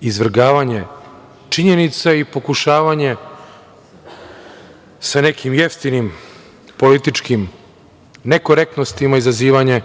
izvrgavanje činjenica i pokušavanje sa nekim jeftinim političkim ne korektnostima, izazivanje